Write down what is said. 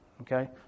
Okay